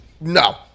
No